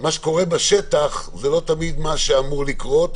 מה שקורה בשטח זה לא תמיד מה שאמור לקרות,